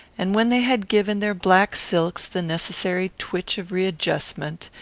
and when they had given their black silks the necessary twitch of readjustment,